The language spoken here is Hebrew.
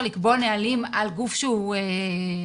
לקבוע נהלים על גוף שהוא סמי-שיפוטי,